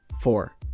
Four